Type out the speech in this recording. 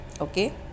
okay